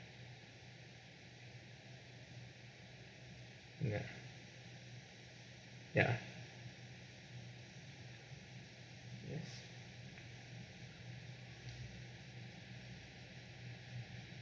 ya ya yes